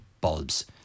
bulbs